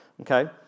Okay